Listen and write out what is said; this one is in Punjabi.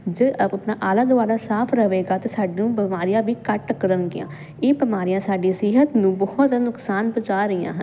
ਜੇ ਆਪ ਆਪਣਾ ਆਲਾ ਦੁਆਲਾ ਸਾਫ ਰਵੇਗਾ ਤੇ ਸਾਨੂੰ ਬਿਮਾਰੀਆਂ ਵੀ ਘੱਟ ਕਰਨਗੀਆਂ ਇਹ ਬਿਮਾਰੀਆਂ ਸਾਡੀ ਸਿਹਤ ਨੂੰ ਬਹੁਤ ਜ਼ਾਦਾ ਨੁਕਸਾਨ ਪਹੁੰਚਾ ਰਹੀਆਂ ਹਨ